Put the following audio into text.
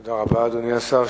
תודה רבה, אדוני השר.